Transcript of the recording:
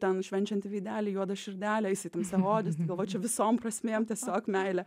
ten švenčiantį veidelį juodą širdelę jisai tamsiaodis tai galvoju čia visom prasmėm tiesiog meilė